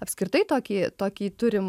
apskritai tokį tokį turim